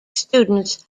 students